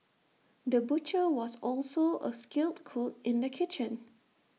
the butcher was also A skilled cook in the kitchen